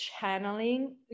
channeling